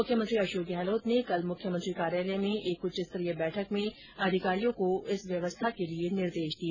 मुख्यमंत्री अशोक गहलोत ने कल मुख्यमंत्री कार्यालय में एक उच्च स्तरीय बैठक में अधिकारियों को इस व्यवस्था के लिए निर्देश दिए